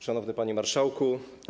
Szanowny Panie Marszałku!